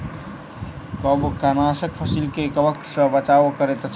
कवकनाशक फसील के कवक सॅ बचाव करैत अछि